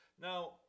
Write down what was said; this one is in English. Now